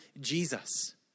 Jesus